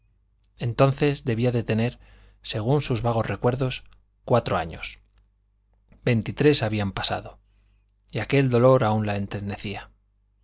entonces debía de tener según sus vagos recuerdos cuatro años veintitrés habían pasado y aquel dolor aún la